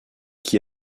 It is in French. qui